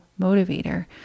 motivator